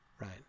right